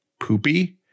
poopy